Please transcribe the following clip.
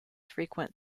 frequent